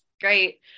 great